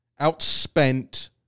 outspent